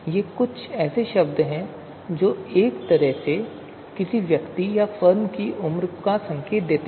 ये कुछ ऐसे शब्द हैं जो एक तरह से किसी व्यक्ति या फर्म की उम्र का संकेत देते हैं